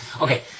Okay